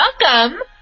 Welcome